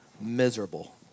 miserable